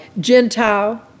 Gentile